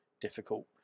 difficult